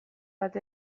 bat